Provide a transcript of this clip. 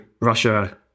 Russia